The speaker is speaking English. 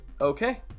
Okay